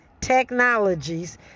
technologies